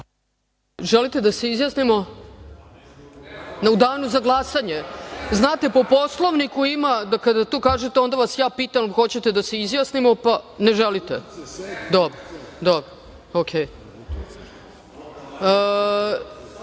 Želite li da se izjasnimo u danu za glasanje? Znate, po Poslovniku ima da kada to kažete onda vas ja pitam - hoćete li da se izjasnimo? Ne želite. Dobro. Po